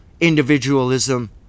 individualism